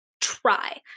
Try